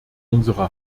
unsere